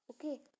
Okay